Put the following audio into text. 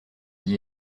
dit